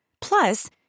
Plus